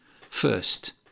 First